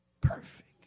perfect